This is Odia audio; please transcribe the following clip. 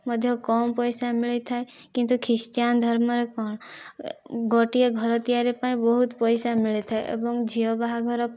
ମଧ୍ୟ କମ ପଇସା ମିଳିଥାଏ କିନ୍ତୁ ଖ୍ରୀଷ୍ଟିଆନ ଧର୍ମରେ କଣ ଗୋଟିଏ ଘର ତିଆରି ପାଇଁ ବହୁତ ପଇସା ମିଳିଥାଏ ଏବଂ ଝିଅ ବାହାଘର ପାଇଁ